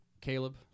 caleb